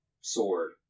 sword